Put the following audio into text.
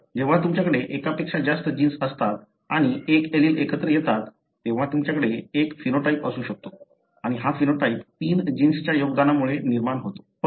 तर जेव्हा तुमच्याकडे एकापेक्षा जास्त जीन्स असतात आणि एक एलील एकत्र येतात तेव्हा तुमच्याकडे एक फिनोटाइप असू शकतो आणि हा फिनोटाइप तीन जीन्सच्या योगदानामुळे निर्माण होतो